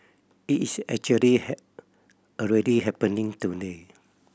it is actually already happening today